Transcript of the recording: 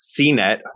CNET